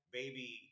baby